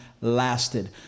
lasted